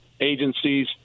agencies